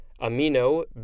Amino